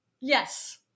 yes